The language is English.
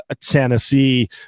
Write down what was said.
Tennessee